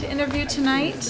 to interview tonight